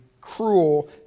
cruel